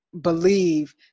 believe